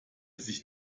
sich